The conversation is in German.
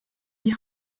die